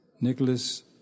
Nicholas